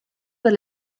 per